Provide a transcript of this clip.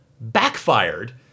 backfired